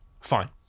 fine